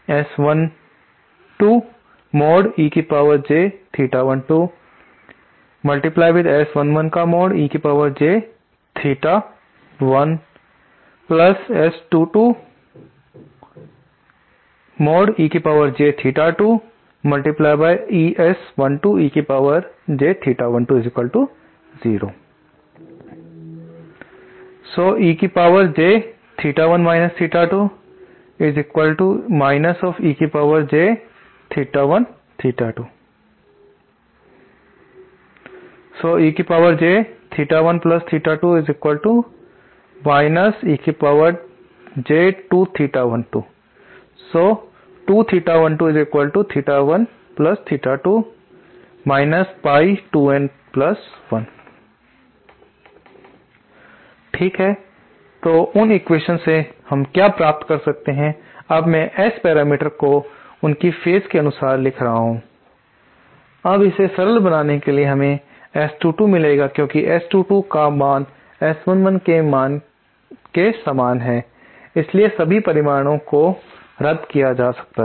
Refer Slide Time 0940 ठीक है तो उन एक्वेशन्स से हम क्या प्राप्त कर सकते हैं अब मैं S पैरामीटर्स को उनकी फेज के अनुसार लिख रहा हूं अब इसे सरल बनाने से हमें S22 मिलेगा क्योंकि S22 का मान S11 के समान है इसलिए सभी परिमाणों को रद्द किया जा सकता है